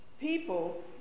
People